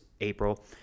April